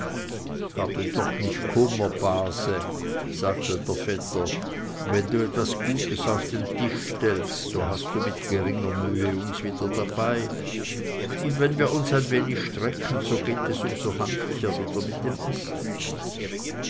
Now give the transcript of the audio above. habe doch nicht kummer base sagte der vetter wenn du etwas gutes auf den tisch stellst so hast du mit geringer mühe uns wieder dabei und wenn wir uns ein wenig strecken so geht es um so handlicher wieder mit dem essen